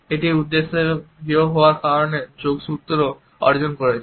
এবং এটি উদ্দেশ্য এবং ভুয়া হওয়ার একটি নির্দিষ্ট যোগসূত্র অর্জন করেছে